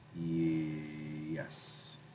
Yes